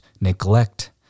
neglect